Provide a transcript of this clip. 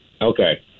Okay